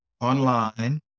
online